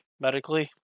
medically